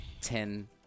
ten